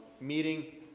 meeting